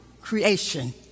creation